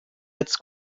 jetzt